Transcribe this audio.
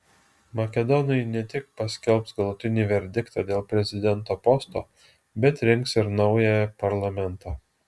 makedonai ne tik paskelbs galutinį verdiktą dėl prezidento posto bet rinks ir naują parlamentą